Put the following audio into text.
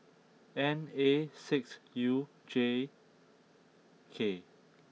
N A six U J K